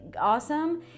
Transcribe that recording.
awesome